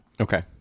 Okay